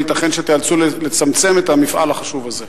האם ייתכן שתיאלצו לצמצם את המפעל החשוב הזה?